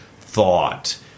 thought